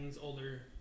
older